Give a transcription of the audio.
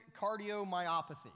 cardiomyopathy